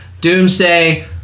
Doomsday